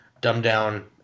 dumbed-down